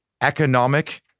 economic